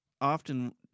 often